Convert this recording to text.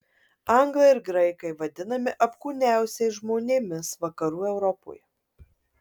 anglai ir graikai vadinami apkūniausiais žmonėmis vakarų europoje